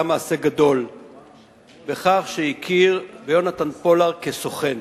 מעשה גדול בכך שהכיר ביונתן פולארד כסוכן